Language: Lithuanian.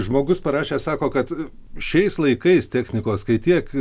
žmogus parašė sako kad šiais laikais technikos kai tiek